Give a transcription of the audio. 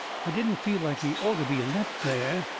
i didn't feel like he orter be left there.